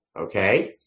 okay